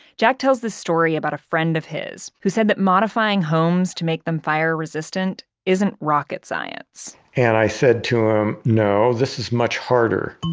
jack tells this story about a friend of his who said that modifying homes to make them fire-resistant isn't rocket science. and i said to him, no this is much harder.